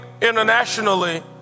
internationally